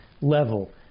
level